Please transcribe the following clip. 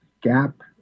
gap